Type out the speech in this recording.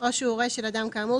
או שהוא הורה של אדם כאמור,